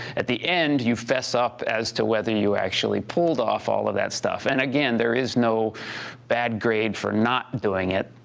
at the end you fess up as to whether you pulled off all of that stuff. and again, there is no bad grade for not doing it.